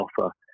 offer